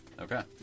Okay